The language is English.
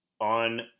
On